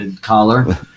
collar